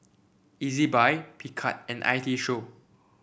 Ezbuy Picard and I T Show